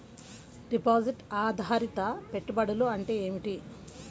Deposit ఆధారిత పెట్టుబడులు అంటే ఏమిటి?